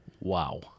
Wow